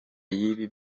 y’ibi